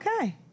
Okay